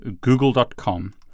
google.com